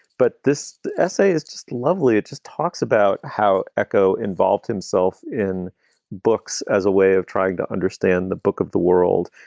but this essay is just lovely. it just talks about how ecko involved himself in books as a way of trying to understand the book of the world.